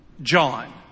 John